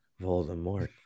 Voldemort